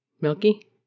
Milky